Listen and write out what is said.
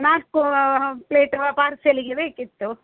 ನಾಲ್ಕು ಪ್ಲೇಟು ಪಾರ್ಸಲಿಗೆ ಬೇಕಿತ್ತು